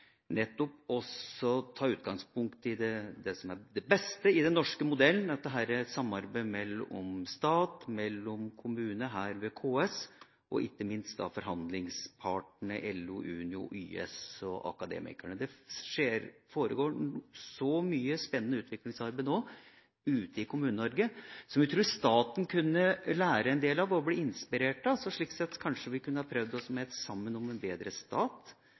nettopp for å ta utgangspunkt i det som er det beste i den norske modellen, dette samarbeidet mellom stat og kommune, her ved KS, og ikke minst det som går på forhandlingspartene LO, Unio, YS og Akademikerne. Det foregår så mye spennende utviklingsarbeid nå ute i Kommune-Norge som jeg tror staten kunne lære en del av og bli inspirert av. Slik sett kunne vi kanskje prøvd oss med et Sammen om en bedre stat